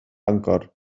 bangor